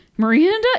Miranda